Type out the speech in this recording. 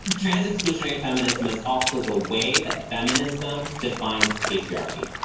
trans exclusionary feminism is also the way that feminism defines patriarchy.